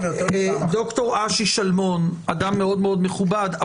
דוקטור אשי שלמון אדם מאוד מאוד מכובד,